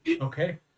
Okay